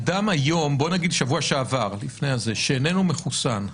אדם בשבוע שעבר, שאיננו מחוסן,